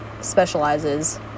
specializes